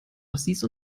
ossis